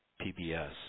PBS